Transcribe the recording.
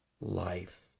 life